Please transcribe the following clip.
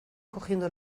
cogiendo